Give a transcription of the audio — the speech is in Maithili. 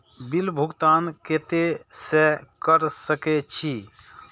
बिल भुगतान केते से कर सके छी?